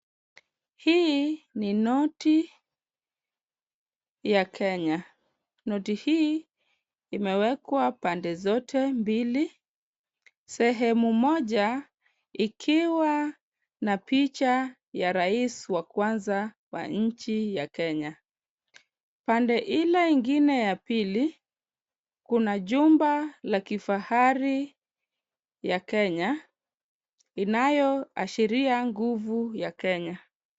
Hii ni noti ya Kenya. Noti hii imewekwa pande zote mbili. Sehemu moja ikiwa na picha ya rais wa kwanza wa nchi ya Kenya. Pande ile ingine ya pili kuna jumba la kifahari ya Kenya inayoashiria nguvu ya Kenya.